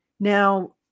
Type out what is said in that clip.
Now